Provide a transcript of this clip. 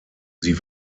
sie